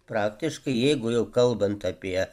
praktiškai jeigu jau kalbant apie